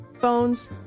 phones